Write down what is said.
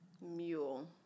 Mule